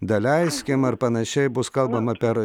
daleiskim ar panašiai bus kalbama per